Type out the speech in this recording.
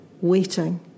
waiting